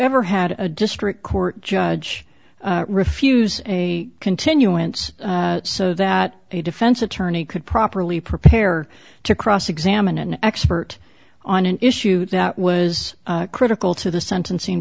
ever had a district court judge refuse a continuance so that a defense attorney could properly prepare to cross examine an expert on an issue that was critical to the sentencing